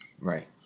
right